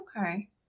Okay